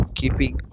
keeping